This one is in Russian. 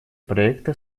проекта